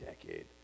Decade